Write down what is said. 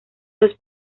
los